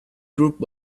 group